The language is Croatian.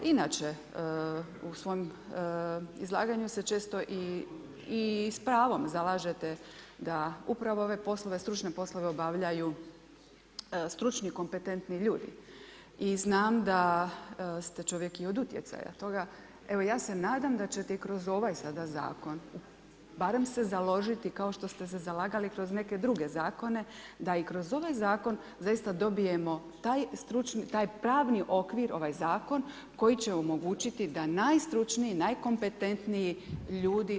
Inače, u svom izlaganju ste često i sa pravom zalažete da upravo ove poslove, stručne poslove obavljaju stručni i kompetentni ljudi i znam ste čovjek i od utjecaja toga, evo ja se nadam da ćete i kroz ovaj sada zakon, barem se založiti kao što ste se zalagali kroz neke druge zakone, da i kroz ovaj zakon zaista dobijemo taj pravni okvir, ovaj zakon, koji će omogućiti da najstručniji, najkompetentniji ljudi rade kao probacijski službenici.